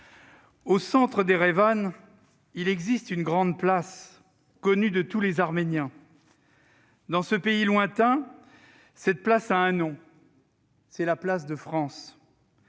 au centre d'Erevan, il existe une grande place, connue de tous les Arméniens. Dans ce pays lointain, cette place porte un nom : c'est la place de France,